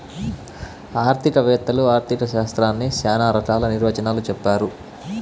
ఆర్థిక వేత్తలు ఆర్ధిక శాస్త్రాన్ని శ్యానా రకాల నిర్వచనాలు చెప్పారు